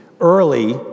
early